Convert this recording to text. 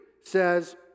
says